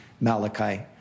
Malachi